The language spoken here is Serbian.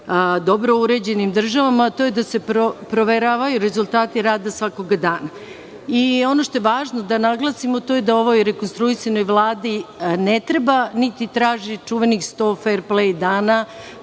dobro uređenim državama, a to je da se proveravaju rezultati rada svakog dana. Ono što je važno da naglasimo je da rekonstruisanoj Vladi ne treba niti se traži sto fer plej dana,